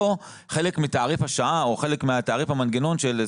חלק מתעריף השעה או חלק מתעריף המנגנון.